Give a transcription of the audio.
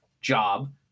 job